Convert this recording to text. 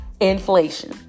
Inflation